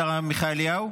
השר עמיחי אליהו,